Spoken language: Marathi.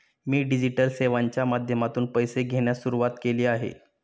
मी डिजिटल सेवांच्या माध्यमातून पैसे घेण्यास सुरुवात केली आहे